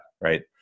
Right